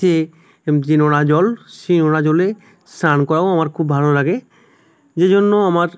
তে যে নোনা জল সেই নোনা জলে স্নান করাও আমার খুব ভালো লাগে যে জন্য আমার